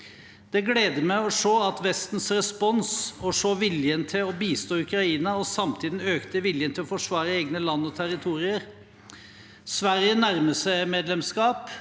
Det gleder meg å se Vestens respons, se viljen til å bistå Ukraina og samtidig se den økte viljen til å forsvare egne land og territorier. Sverige nærmer seg NATO-medlemskap,